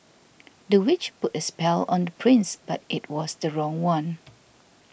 the witch put a spell on the prince but it was the wrong one